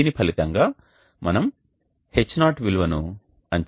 దీని ఫలితంగా మనం H0 విలువను అంచనా వేయలేము